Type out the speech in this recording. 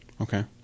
okay